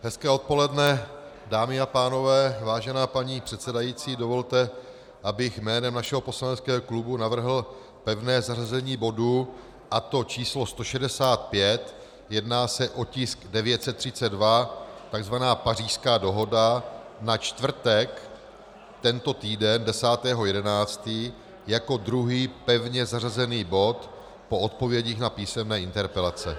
Hezké odpoledne, dámy a pánové, vážená paní předsedající, dovolte, abych jménem našeho poslaneckého klubu navrhl pevné zařazení bodu, a to číslo 165, jedná se o tisk 932, takzvaná Pařížská dohoda, na čtvrtek tento týden, 10. 11., jako druhý pevně zařazený bod po odpovědích na písemné interpelace.